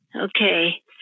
okay